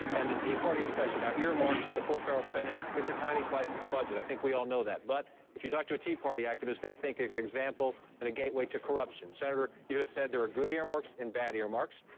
and the tea party, especially. now, earmarks, the pork barrel spending, it's a tiny slice of the budget. i think we all know that. but if you talk to a tea party activist, they think an example, and a gateway to corruption. senator, you have said there are good earmarks and bad earmarks.